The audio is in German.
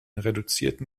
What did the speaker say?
reduzierten